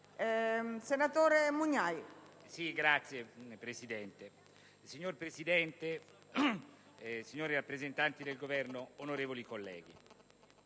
MUGNAI *(PdL)*. Signora Presidente, signori rappresentanti del Governo, onorevoli colleghi,